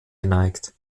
geneigt